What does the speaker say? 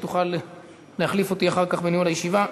תוכל להחליף אותי אחר כך בניהול הישיבה.